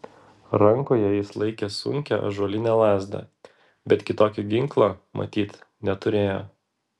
rankoje jis laikė sunkią ąžuolinę lazdą bet kitokio ginklo matyt neturėjo